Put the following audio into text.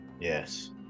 yes